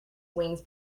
wings